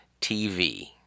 TV